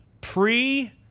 pre